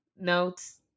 notes